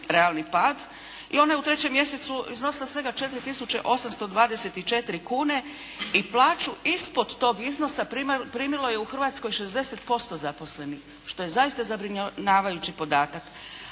i ona je u 3. mjesecu iznosila svega 4.824,00 kuna i plaću ispod tog iznosa primilo je u Hrvatskoj 60% zaposlenih što je zaista zabrinjavajući podatak.